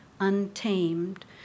untamed